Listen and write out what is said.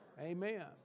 Amen